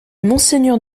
monseigneur